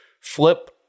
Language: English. Flip